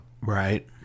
Right